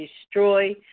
destroy